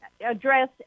address